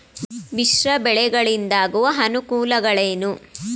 ಮಿಶ್ರ ಬೆಳೆಗಳಿಂದಾಗುವ ಅನುಕೂಲಗಳೇನು?